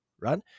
Right